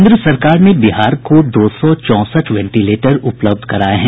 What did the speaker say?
केन्द्र सरकार ने बिहार को दो सौ चौंसठ वेंटिलेटर उपलब्ध कराये हैं